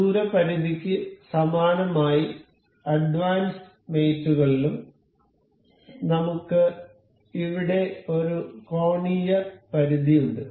ദൂരപരിധിക്ക് സമാനമായി അഡ്വാൻസ്ഡ് മേറ്റ് കളിലും നമുക്ക് ഇവിടെ ഒരു കോണീയ പരിധിയുണ്ട്